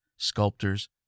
sculptors